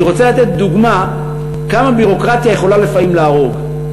אני רוצה לתת דוגמה איך ביורוקרטיה יכולה לפעמים להרוג.